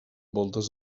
voltes